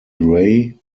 gray